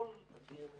הישיבה